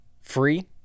free